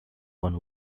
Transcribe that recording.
one